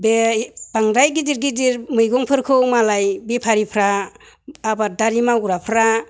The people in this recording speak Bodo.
बे बांद्राय गिदिर गिदिर मैगंफोरखौ मालाय बेपारिफोरा आबादारि मावग्राफोरा